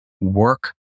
work